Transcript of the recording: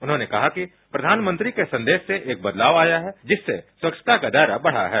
उन्होंने कहा कि प्रधानमंत्री के संदेश से एक बदलाव आया है जिससे स्वच्छता का दायरा बढ़ा है